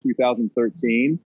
2013